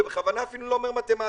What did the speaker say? ואני בכוונה אפילו לא אומר מתמטיקה,